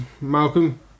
Malcolm